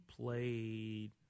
played